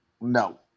No